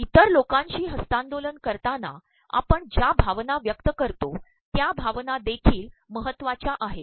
इतर लोकांशी हस्त्तांदोलन करताना आपण ज्या भावना व्यक्त करतो त्या भावना देखील महत्त्वाच्या आहेत